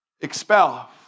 Expel